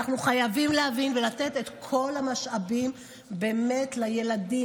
אנחנו חייבים להבין ולתת את כל המשאבים באמת לילדים,